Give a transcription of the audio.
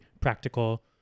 practical